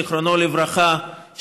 זיכרונו לברכה,